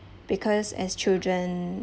because as children